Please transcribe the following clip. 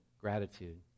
gratitude